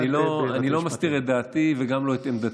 אני לא מסתיר את דעתי וגם לא את עמדתי.